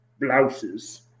blouses